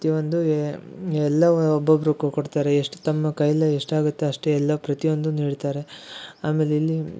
ಪ್ರತಿಯೊಂದು ಎಲ್ಲಾವು ಒಬ್ಬೊಬ್ಬರು ಕೊಡ್ತಾರೆ ಎಷ್ಟು ತಮ್ಮ ಕೈಲಿ ಎಷ್ಟು ಆಗುತ್ತೋ ಅಷ್ಟು ಎಲ್ಲಾ ಪ್ರತಿಯೊಂದನ್ನು ನೀಡ್ತಾರೆ ಆಮೇಲೆ ಇಲ್ಲಿ